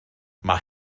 mae